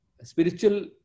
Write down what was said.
spiritual